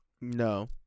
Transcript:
no